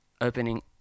opening